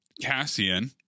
Cassian